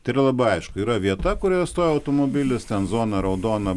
tai yra labai aišku yra vieta kurioje stovi automobilis ten zona raudona